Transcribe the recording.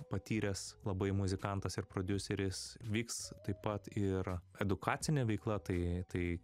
patyręs labai muzikantas ir prodiuseris vyks taip pat ir edukacinė veikla tai tai